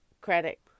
credit